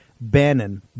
Bannon